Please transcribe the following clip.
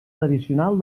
tradicional